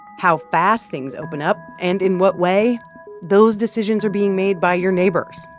how fast things open up and in what way those decisions are being made by your neighbors,